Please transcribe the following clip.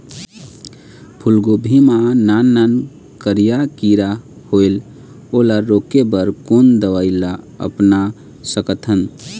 फूलगोभी मा नान नान करिया किरा होयेल ओला रोके बर कोन दवई ला अपना सकथन?